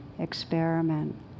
experiment